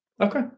okay